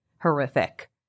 horrific